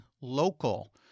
local